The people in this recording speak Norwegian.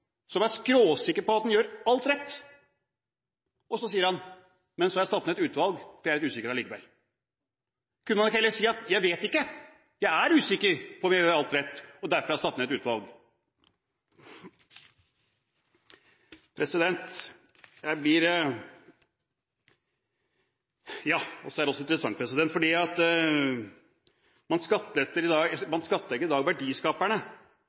skråsikker på at han gjør alt rett – og så sier han: Men så har jeg satt ned et utvalg, for jeg er litt usikker allikevel. Kunne man ikke heller si at jeg vet ikke, jeg er usikker på om vi gjør alt rett, og vi har derfor satt ned et utvalg? Noe annet som er interessant, er at man i dag skattlegger verdiskaperne. Man finner ut at i